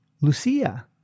Lucia